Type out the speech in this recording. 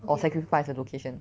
or sacrifice the location